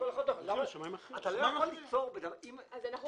אז אנחנו חותמת גומי.